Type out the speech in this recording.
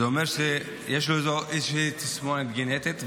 זה אומר שיש לו תסמונת גנטית,